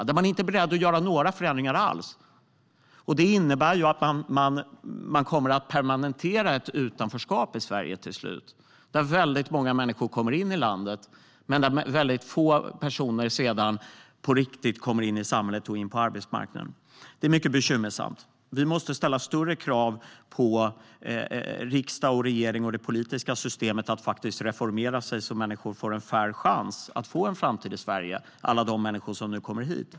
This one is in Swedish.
Man är inte beredd att göra några förändringar alls. Det innebär att man till slut kommer att permanenta ett utanförskap i Sverige. Väldigt många människor kommer in i landet, men få personer kommer sedan på riktigt in i samhället och in på arbetsmarknaden. Det är mycket bekymmersamt. Vi måste ställa större krav på riksdag, regering och det politiska systemet att reformera sig så att alla de människor som nu kommer hit får en fair chance att få en framtid i Sverige.